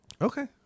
Okay